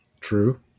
True